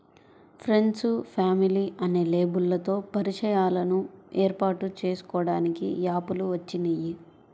friends, family అనే లేబుల్లతో పరిచయాలను ఏర్పాటు చేసుకోడానికి యాప్ లు వచ్చినియ్యి